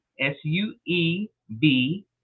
S-U-E-B